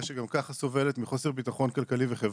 שגם ככה סובלת מחוסר ביטחון כלכלי וחברתי.